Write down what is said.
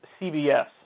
CBS